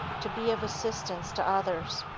to be of assistance to others.